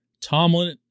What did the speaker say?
Tomlin